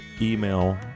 email